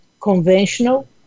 conventional